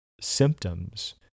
symptoms